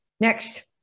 next